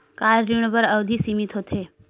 का ऋण बर अवधि सीमित होथे?